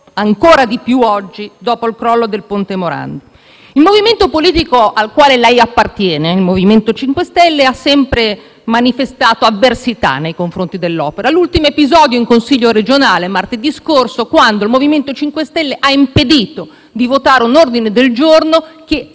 ancora di più oggi, dopo il crollo del ponte Morandi. Il movimento politico al quale lei appartiene, il MoVimento 5 Stelle, ha sempre manifestato avversità nei confronti dell'opera. L'ultimo episodio risale a martedì scorso, quando, in Consiglio regionale, il MoVimento 5 Stelle ha impedito di votare un ordine del giorno che